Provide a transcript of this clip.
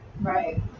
Right